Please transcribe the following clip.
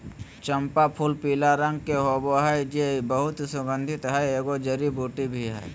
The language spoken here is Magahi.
चम्पा फूलपीला रंग के होबे हइ जे बहुत सुगन्धित हइ, एगो जड़ी बूटी भी हइ